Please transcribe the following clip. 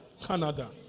Canada